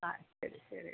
ആ ശരി ശരി ആ